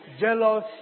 Jealous